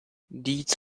deeds